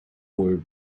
where